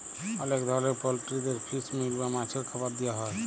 অলেক ধরলের পলটিরিদের ফিস মিল বা মাছের খাবার দিয়া হ্যয়